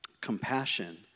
compassion